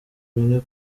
bine